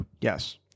Yes